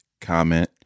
comment